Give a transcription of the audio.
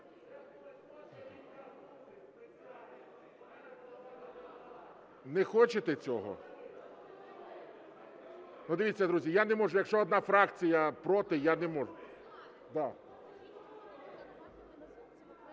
Не хочете цього? Дивіться, друзі, я не можу, якщо одна фракція проти, я не можу.